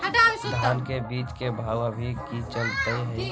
धान के बीज के भाव अभी की चलतई हई?